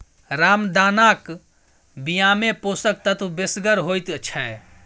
रामदानाक बियामे पोषक तत्व बेसगर होइत छै